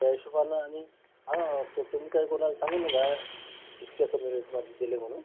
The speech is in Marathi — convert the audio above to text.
त्या हिशोबानं आम्ही हां तर तुम्ही काय कोणाला सांगू नका इतक्या कमी रेटमध्ये दिले म्हणून